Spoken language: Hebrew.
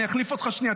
אני אחליף אותך שנייה,